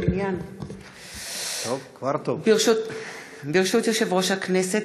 ברשות יושב-ראש הכנסת,